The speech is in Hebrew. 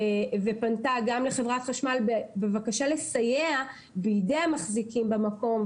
ופנתה גם לחברת החשמל בבקשה לסייע בידי המחזיקים במקום,